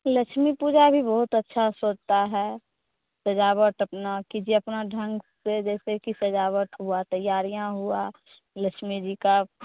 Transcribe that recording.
लक्ष्मी पूजा भी बहुत अच्छा से होता हे सजाबट अपना कीजिए अपना ढंग से जैसे की सजाबट हुआ तैयारियाँ हुआ लक्ष्मी जी का